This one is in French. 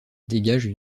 dégagent